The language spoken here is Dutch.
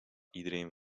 iedereen